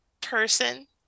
person